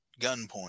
gunpoint